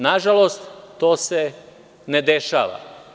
Nažalost, to se ne dešava.